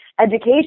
education